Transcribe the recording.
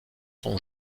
sont